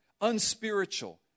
unspiritual